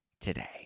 today